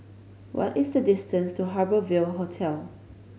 what is the distance to Harbour Ville Hotel